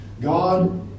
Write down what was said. God